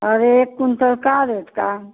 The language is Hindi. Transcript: और एक कुंटल का रेट का